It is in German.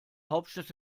hauptstadt